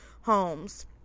homes